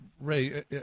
Ray